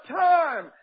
time